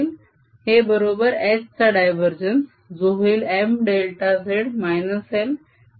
हे बरोबर H चा डायवरजेन्स जो होईल Mδz L M δz